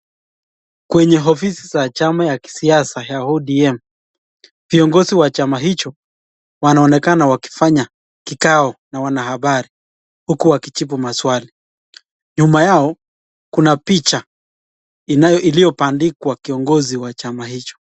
Kwenye ofisi za chama ya siasa ya ODM ,viongozi wa chama hicho wanaonekana wakifanya kikao na wanahabari huku wakijibu maswali. Nyuma yao kuna picha iliyobandikwa kiongozi wa chama hicho.